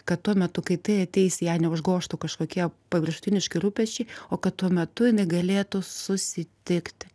kad tuo metu kai tai ateis ją neužgožtų kažkokie paviršutiniški rūpesčiai o kad tuo metu jinai galėtų susitikt